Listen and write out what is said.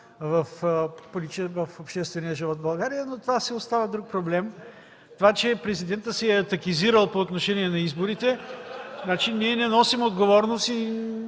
в обществения живот в България, но това си остава друг проблем. За това, че президентът се е „атакизирал” по отношение на изборите (смях) ние не носим отговорност и